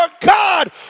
God